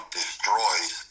destroys